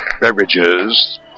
beverages